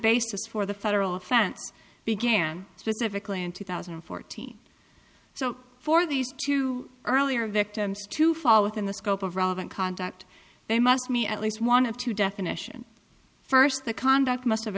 basis for the federal offense began specifically in two thousand and fourteen so for these two earlier victims to fall within the scope of relevant conduct they must me at least one of two definitions first the conduct must have